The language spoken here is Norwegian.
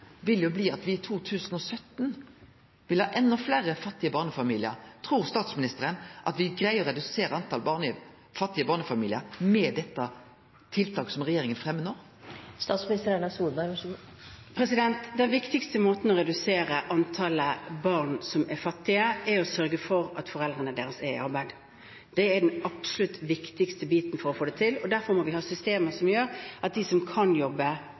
vil bli at me i 2017 vil ha enda fleire fattige barnefamiliar. Trur statsministeren at me greier å redusere talet på fattige barnefamiliar med dette tiltaket som regjeringa fremjar no? Den viktigste måten å redusere antallet fattige barn på er å sørge for at foreldrene deres er i arbeid. Det er den absolutt viktigste biten for å få det til, og derfor må vi ha systemer som gjør at de som kan jobbe,